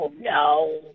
No